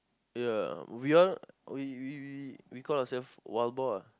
ya we all we we we we call ourselves wild boar ah